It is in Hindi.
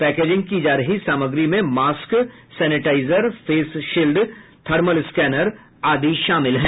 पैकेजिंग की जा रही सामग्री में mask sanitizer face shield thermal scanner आदि शामिल हैं